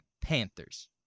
Panthers